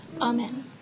Amen